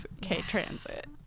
K-Transit